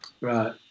Right